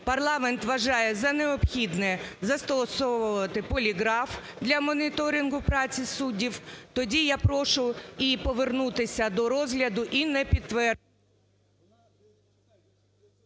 парламент вважає за необхідне застосовувати поліграф для моніторингу праці суддів, тоді я прошу повернутися до розгляду і не… ГОЛОВУЮЧИЙ.